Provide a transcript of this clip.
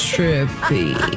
Trippy